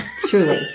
truly